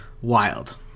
wild